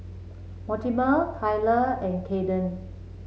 Mortimer Kyler and Kadyn